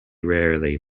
rarely